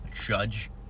judge